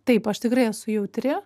taip aš tikrai esu jautri